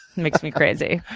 makes me crazy.